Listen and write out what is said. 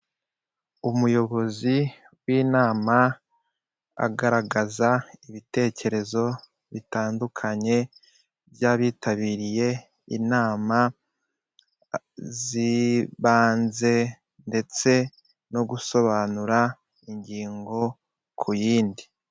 Umuyobozi w'inama agaragaza ibitekerezo bitandukanye by'abitabiriye inama zibanze ndetse no gusobanura ingingo ku yindi.